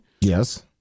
Yes